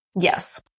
Yes